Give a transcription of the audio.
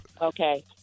Okay